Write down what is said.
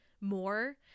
more